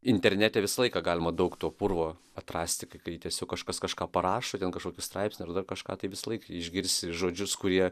internete visą laiką galima daug to purvo atrasti kai kai jį tiesiog kažkas kažką parašo ten kažkokį straipsnį ir kažką tai visąlaik išgirsi žodžius kurie